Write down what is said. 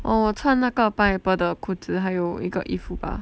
oh 我穿那个 pineapple 的裤子还有一个衣服吧